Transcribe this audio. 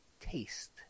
taste